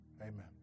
amen